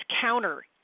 counter